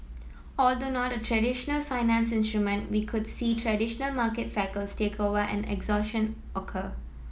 although not a traditional we could see traditional market cycles take over and exhaustion occur